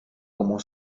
como